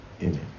Amen